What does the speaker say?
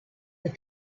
that